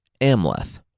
Amleth